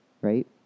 right